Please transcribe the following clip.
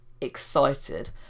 excited